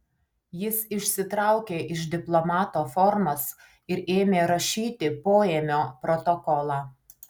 jis išsitraukė iš diplomato formas ir ėmė rašyti poėmio protokolą